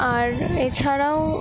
আর এছাড়াও